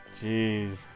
Jeez